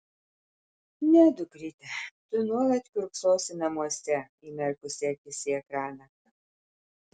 ne dukryte tu nuolat kiurksosi namuose įmerkusi akis į ekraną